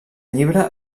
llibre